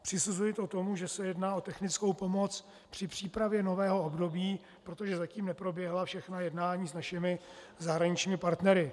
Přisuzuji to tomu, že se jedná o technickou pomoc při přípravě nového období, protože zatím neproběhla všechna jednání s našimi zahraničními partnery.